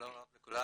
שלום רב לכולם.